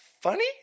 Funny